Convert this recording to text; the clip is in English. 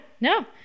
no